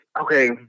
Okay